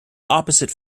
opposite